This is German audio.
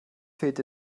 fehlt